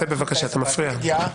לחסן את זה מפני התגברות?